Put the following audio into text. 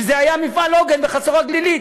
וזה היה מפעל עוגן בחצור-הגלילית.